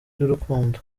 y’urukundo